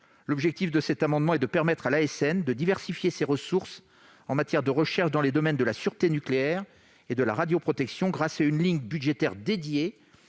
consensus. Cet amendement vise donc à permettre à l'ASN de diversifier ses ressources en matière de recherche dans les domaines de la sûreté nucléaire et de la radioprotection, grâce à une ligne budgétaire de